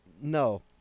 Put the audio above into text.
No